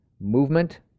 movement